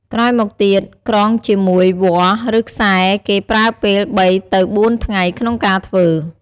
ក្រោយមកទៀតក្រងជាមួយវល្លិ៍ឬខ្សែគេប្រើពេល ៣ទៅ៤ ថ្ងៃក្នុងការធ្វើ។